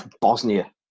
Bosnia